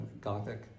gothic